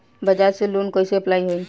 बजाज से लोन कईसे अप्लाई होई?